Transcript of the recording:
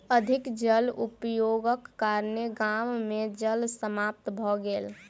अधिक जल उपयोगक कारणेँ गाम मे जल समाप्त भ गेल